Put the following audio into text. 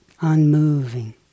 unmoving